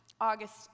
August